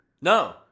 No